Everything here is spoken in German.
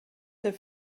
der